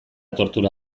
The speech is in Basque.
tortura